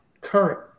current